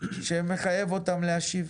שמחייב אותן להשיב.